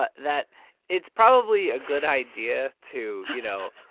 but that it's probably a good idea to, you know,